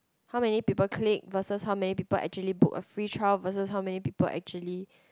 how many people click versus how many people actually book a free trial versus how many people actually